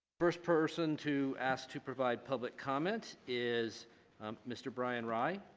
first person to ask to provide public comment is mr. brian rye.